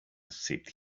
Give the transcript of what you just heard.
sipped